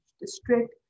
district